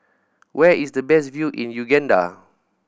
where is the best view in Uganda